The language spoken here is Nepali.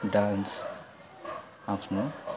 डान्स आफ्नो